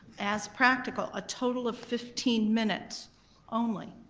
as practical, a total of fifteen minutes only.